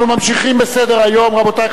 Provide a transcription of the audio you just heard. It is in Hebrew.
רבותי,